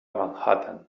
manhattan